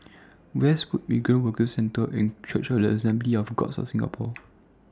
Westwood Migrant Workers Centre and Church of The Assemblies of God of Singapore